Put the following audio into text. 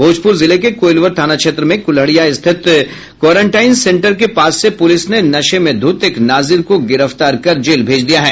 भोजप्र जिले के कोइलवर थाना क्षेत्र में क्ल्हड़िया स्थित क्वारंटाइन सेंटर के पास से पुलिस ने नशे में धुत एक नाजिर को गिरफ्तार कर जेल भेज दिया है